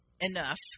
enough